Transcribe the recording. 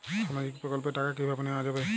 সামাজিক প্রকল্পের টাকা কিভাবে নেওয়া যাবে?